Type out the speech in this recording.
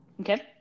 Okay